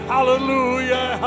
Hallelujah